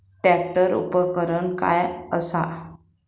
Tractor उपकरण काय असा?